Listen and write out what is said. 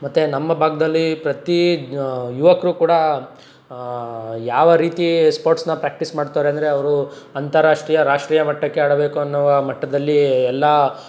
ಮತ್ತು ನಮ್ಮ ಭಾಗದಲ್ಲಿ ಪ್ರತಿ ಯುವಕರು ಕೂಡ ಯಾವ ರೀತಿ ಸ್ಪೋರ್ಟ್ಸ್ನ ಪ್ರಾಕ್ಟೀಸ್ ಮಾಡ್ತಾರೆ ಅಂದರೆ ಅವರು ಅಂತರಾಷ್ಟ್ರೀಯ ರಾಷ್ಟ್ರೀಯ ಮಟ್ಟಕ್ಕೆ ಆಡಬೇಕು ಅನ್ನುವ ಮಟ್ಟದಲ್ಲಿ ಎಲ್ಲ